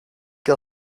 que